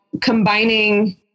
combining